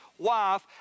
wife